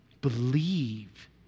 believe